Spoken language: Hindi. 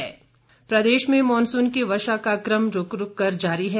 मौसम प्रदेश में मॉनसून की वर्षा का कम रूक रूक कर जारी है